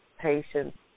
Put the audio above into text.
patients